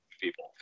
people